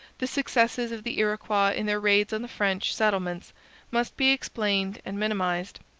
the successes of the iroquois in their raids on the french settlements must be explained and minimized.